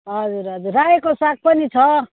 हजुर हजुर रायोको साग पनि छ